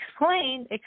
explain